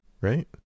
right